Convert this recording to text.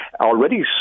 already